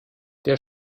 der